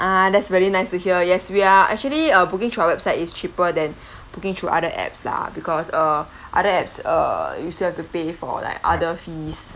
ah that's really nice to hear yes we are actually uh booking through our website is cheaper than booking through other apps lah because uh other apps err you still have to pay for like other fees